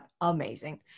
Amazing